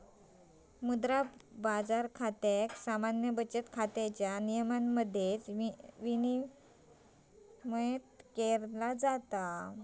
मुद्रा बाजार खात्याक सामान्य बचत खात्याच्या नियमांमध्येच विनियमित करतत